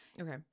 Okay